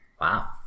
Wow